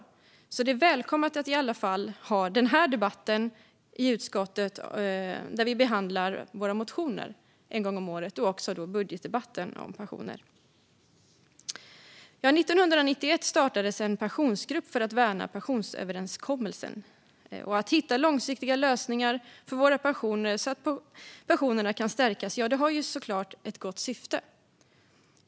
Det är därför välkommet att i alla fall ha den här debatten i utskottet, där vi behandlar våra motioner, en gång om året, liksom budgetdebatten om pensioner. År 1991 startades en pensionsgrupp för att värna pensionsöverenskommelsen. Att hitta långsiktiga lösningar för våra pensioner så att pensionerna kan stärkas har såklart ett gott syfte.